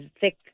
thick